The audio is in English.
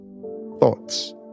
thoughts